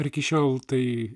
ir iki šiol tai